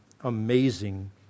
amazing